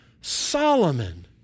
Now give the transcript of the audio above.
Solomon